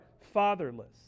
fatherless